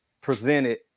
presented